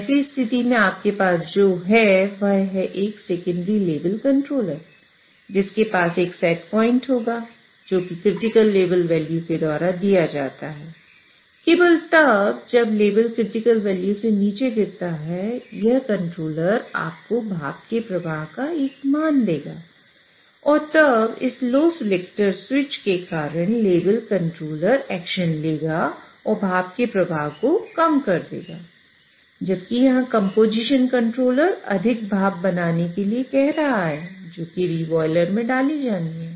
ऐसी स्थिति में आपके पास जो है वह है एक सेकेंडरी लेवल कंट्रोलर एक्शन लेगा और भाप के प्रवाह को कम कर देगा जबकि यहां कंपोजीशन कंट्रोलर अधिक भाप बनाने के लिए कह रहा है जो कि रीबॉयलर में डाली जानी है